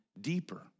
deeper